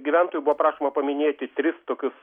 gyventojų buvo prašoma paminėti tris tokius